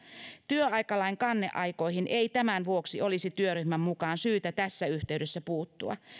työaikalain kanneaikoihin ei tämän vuoksi olisi työryhmän mukaan syytä tässä yhteydessä puuttua